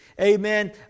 Amen